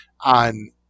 on